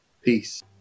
Peace